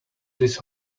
this